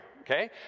Okay